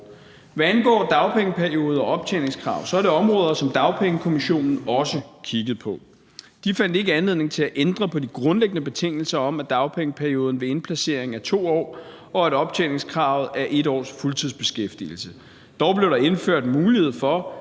Hvad angår dagpengeperiode og optjeningskrav, er det områder, som Dagpengekommissionen også kiggede på. De fandt ikke anledning til at ændre på de grundlæggende betingelser om, at dagpengeperioden ved indplacering er 2 år, og at optjeningskravet er 1 års fuldtidsbeskæftigelse. Dog blev der indført en mulighed for,